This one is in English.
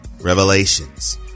revelations